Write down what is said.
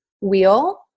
wheel